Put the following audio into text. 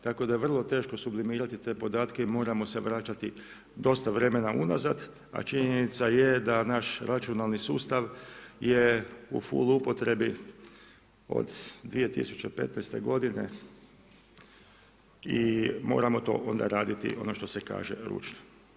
Tako da je vrlo teško sublimirati te podatke i moramo se vraćati dosta vremena unazad, a činjenica je da naš računalni sustav je u full upotrebi od 2015. godine i moramo to onda raditi, ono što se kaže, ručno.